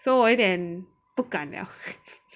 so 我有一点不敢 liao